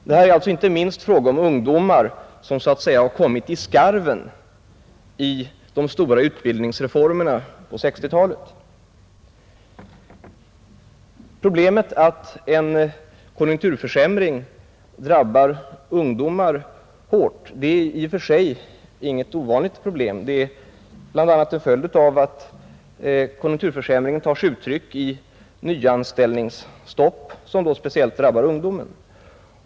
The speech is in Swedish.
Det är alltså inte minst fråga om ungdomar som så att säga har kommit i skarven till de stora utbildningsreformerna på 1960-talet. Problemet att en konjunkturförsämring drabbar ungdomar hårt är i och för sig inte ovanligt. Det är bl.a. en följd av att konjunkturförsämringen tar sig uttryck i nyanställningsstopp, som då speciellt drabbar ungdomen.